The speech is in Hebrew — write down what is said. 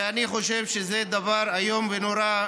ואני חושב שזה דבר איום ונורא,